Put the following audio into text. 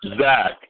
Zach